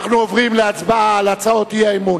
אנחנו עוברים להצבעה על הצעות האי-אמון.